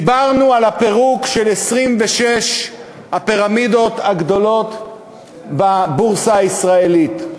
דיברנו על הפירוק של 26 הפירמידות הגדולות בבורסה הישראלית,